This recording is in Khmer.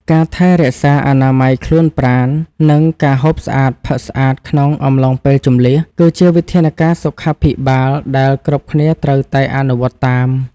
ការថែរក្សាអនាម័យខ្លួនប្រាណ និងការហូបស្អាតផឹកស្អាតក្នុងអំឡុងពេលជម្លៀស គឺជាវិធានការសុខាភិបាលដែលគ្រប់គ្នាត្រូវតែអនុវត្តតាម។